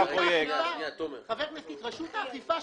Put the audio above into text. רשות האכיפה,